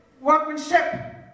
workmanship